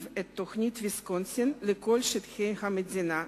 את תוכנית ויסקונסין לכל שטחי המדינה,